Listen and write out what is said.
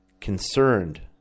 concerned